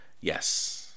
Yes